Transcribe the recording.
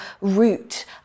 root